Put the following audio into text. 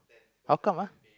how come ah